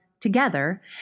Together